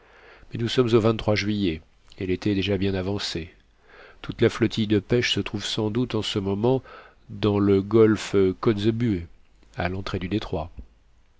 mais nous sommes au juillet et l'été est déjà bien avancé toute la flottille de pêche se trouve sans doute en ce moment dans le golfe kotzebue à l'entrée du détroit